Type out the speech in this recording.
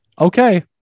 Okay